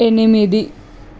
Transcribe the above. ఎనిమిది